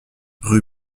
rue